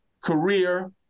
career